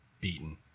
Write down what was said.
beaten